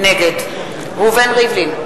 נגד ראובן ריבלין,